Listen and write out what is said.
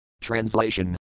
Translation